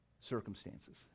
circumstances